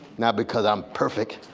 not because i'm perfect,